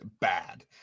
bad